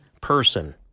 person